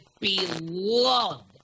beloved